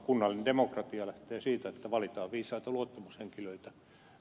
kunnallinen demokratia lähtee siitä että valitaan viisaita luottamushenkilöitä